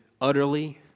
utterly